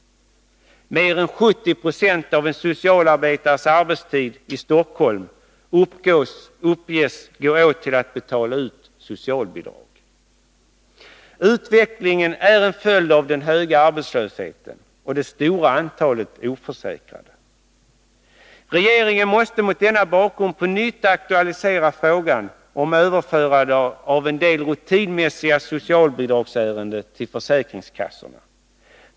Mer än 70 96 av arbetstiden för en socialarbetare i Stockholm uppges gå åt till att betala ut socialbidrag. Utvecklingen är en följd av den höga arbetslösheten och det stora antalet oförsäkrade. Regeringen måste mot denna bakgrund på nytt aktualisera frågan om överförande av en del rutinmässiga socialbidragsärenden till försäkringskassorna.